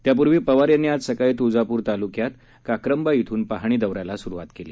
त्यापूर्वी पवार यांनी आज सकाळी तुळजापूर तालुक्यात काक्रंबा इथून पाहणी दौऱ्याला सुरुवात केली